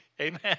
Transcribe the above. Amen